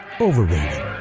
overrated